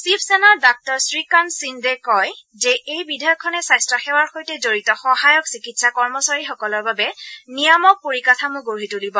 শিৱসেনাৰ ডাঃ শ্ৰীকান্ত সিন্দে কয় যে এই বিধেয়কখনে স্বাস্থ্য সেৱাৰ সৈতে জড়িত সহায়ক চিকিৎসা কৰ্মচাৰীসকলৰ বাবে নিয়ামক পৰিকাঠামো গঢ়ি তুলিব